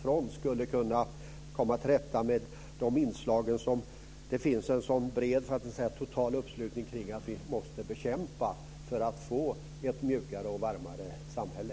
front skulle kunna komma till rätta med de inslag som det finns en sådan bred, för att inte säga total, uppslutning kring att vi måste bekämpa för att få ett mjukare och varmare samhälle.